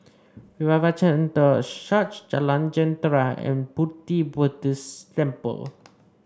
Revival Centre Church Jalan Jentera and Pu Ti Buddhist Temple